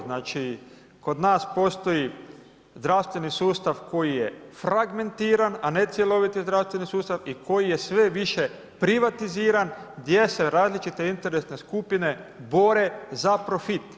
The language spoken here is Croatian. Znači kod nas postoji zdravstveni sustav koji je fragmentiran a ne cjeloviti zdravstveni sustav i koji je sve više privatiziran gdje se različite interesne skupine bore za profit.